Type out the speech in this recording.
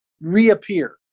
reappear